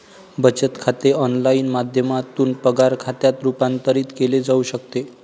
बचत खाते ऑनलाइन माध्यमातून पगार खात्यात रूपांतरित केले जाऊ शकते